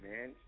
man